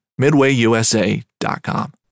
MidwayUSA.com